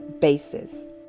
basis